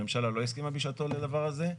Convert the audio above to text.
הממשלה לא הסכימה בשעתו לדבר הזה.